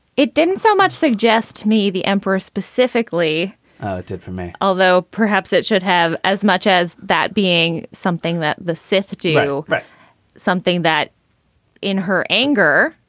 it didn't so much suggest me the emperor specifically did for me, although perhaps it should have. as much as that being something that the sethji i'll write something that in her anger.